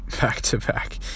back-to-back